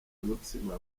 umutsima